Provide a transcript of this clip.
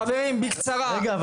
חברים בקצרה רגע,